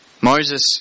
Moses